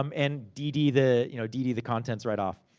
um and dd the you know dd the contents right off.